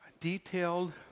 Detailed